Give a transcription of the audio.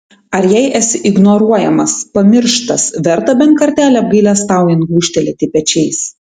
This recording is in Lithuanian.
ar jei esi ignoruojamas pamirštas verta bent kartelį apgailestaujant gūžtelėti pečiais